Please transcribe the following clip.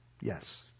Yes